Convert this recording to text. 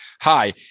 Hi